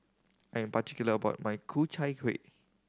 I'm particular about my Ku Chai Kueh